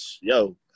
yo